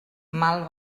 mal